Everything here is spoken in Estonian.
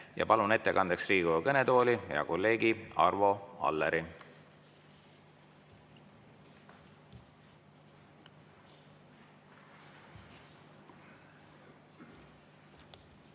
Ma palun ettekandeks Riigikogu kõnetooli hea kolleegi Arvo Alleri.